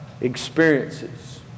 experiences